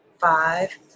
five